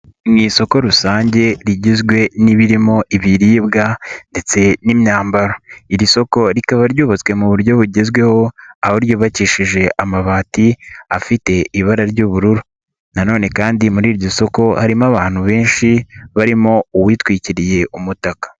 Ni isoko rusange rigizwe n'ibirimo ibiribwa ndetse n'imyambaro, iri soko rikaba ryubatswe mu buryo bugezweho aho ryubakishije amabati afite ibara ry'ubururu nanone kandi muri iryo soko harimo abantu benshi barimo uwitwikiriye umutaka.